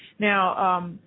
Now